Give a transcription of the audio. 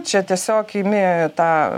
čia tiesiog imi tą